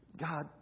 God